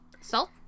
Salt